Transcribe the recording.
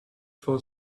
for